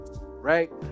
right